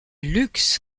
luxe